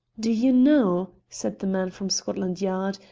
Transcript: do you know, said the man from scotland yard,